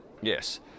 Yes